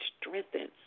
strengthened